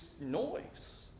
noise